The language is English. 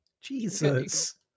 Jesus